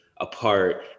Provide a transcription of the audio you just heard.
apart